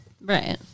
Right